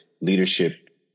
leadership